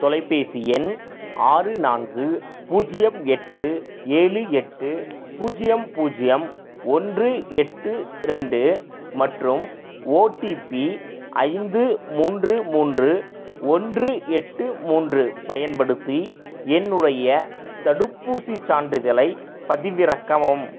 தொலைபேசி எண் ஆறு நான்கு பூஜ்ஜியம் எட்டு ஏழு எட்டு பூஜ்ஜியம் பூஜ்ஜியம் ஒன்று எட்டு ரெண்டு மற்றும் ஓடிபி ஐந்து மூன்று மூன்று ஒன்று எட்டு மூன்று பயன்படுத்தி என்னுடைய தடுப்பூசிச் சான்றிதழைப் பதிவிறக்கவும்